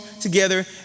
together